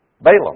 Balaam